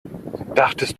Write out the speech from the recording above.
dachtest